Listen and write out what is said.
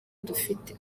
dufite